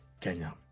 Kenya